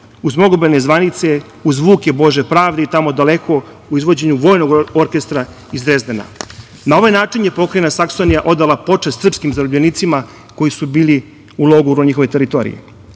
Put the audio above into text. uz mnogobrojne zvanice, uz zvuke Bože pravde i Tamo daleko u izvođenju vojnog orkestra iz Drezdena. Na ovaj način je pokrajina Saksonija odala počast srpskim zarobljenicima koji su bili u logoru na njihovoj teritoriji. Ovi